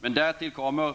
Men därtill kommer,